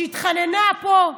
כשהתחננה פה,